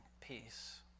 peace